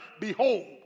behold